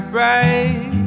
right